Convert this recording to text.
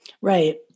Right